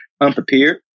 unprepared